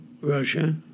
Russia